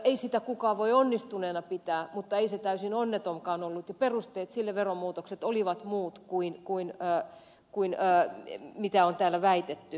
ei sitä kukaan voi onnistuneena pitää mutta ei se täysin onnetonkaan ollut ja perusteet sille veromuutokselle olivat muut kuin ne mitä on täällä väitetty